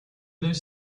those